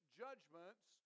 judgments